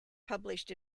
published